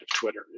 Twitter